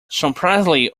surprisingly